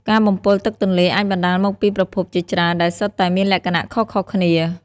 ការបំពុលទឹកទន្លេអាចបណ្តាលមកពីប្រភពជាច្រើនដែលសុទ្ធតែមានលក្ខណៈខុសៗគ្នា។